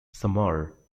samar